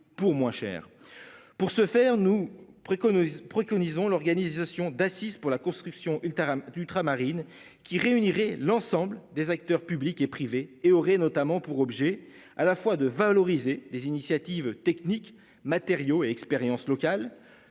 Pour ce faire, nous préconisons préconisant l'organisation d'assises pour la construction ultra du tram Marine qui réunirait l'ensemble des acteurs publics et privés et aurait notamment pour objet à la fois de valoriser des initiatives techniques matériaux et expériences locales